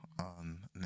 on